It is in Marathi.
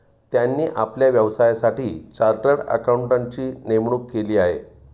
त्यांनी आपल्या व्यवसायासाठी चार्टर्ड अकाउंटंटची नेमणूक केली आहे